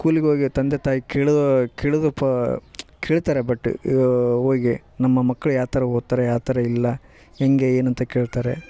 ಸ್ಕೂಲಿಗೋಗಿ ತಂದೆ ತಾಯಿ ಕೇಳು ಕೇಳೊದಪ್ಪ ಕೇಳ್ತಾರೆ ಬಟ್ ಹೋಗಿ ನಮ್ಮಮಕ್ಳು ಯಾವ್ತರ ಓದ್ತಾರೆ ಯಾವ್ತರ ಇಲ್ಲ ಹೆಂಗೆ ಏನು ಅಂತ ಕೇಳ್ತಾರೆ